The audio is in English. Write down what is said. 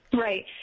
Right